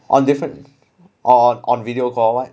on different on on video call what